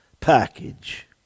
package